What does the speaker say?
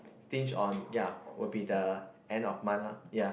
stinge on ya will be the end of month lah ya